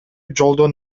жолдон